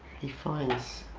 he finds